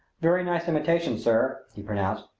very nice imitation, sir, he pronounced.